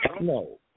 no